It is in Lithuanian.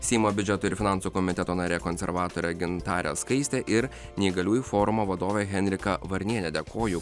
seimo biudžeto ir finansų komiteto narė konservatorė gintarė skaistė ir neįgaliųjų forumo vadovė henrika varnienė dėkoju